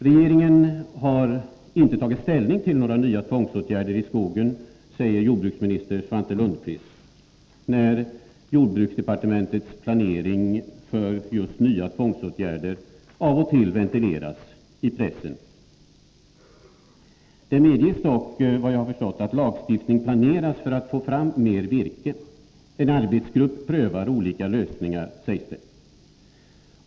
Regeringen har inte tagit ställning till några nya tvångsåtgärder i skogen, säger jordbruksminister Svante Lundkvist när jordbruksdepartementets planering för nya tvångsåtgärder av och till ventileras i pressen. Det medges dock vad jag förstått att lagstiftning planeras för att få fram mer virke. En arbetsgrupp prövar olika lösningar, sägs det.